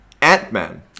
Ant-Man